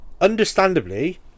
understandably